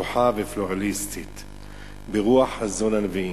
פתוחה ופלורליסטית ברוח חזון הנביאים.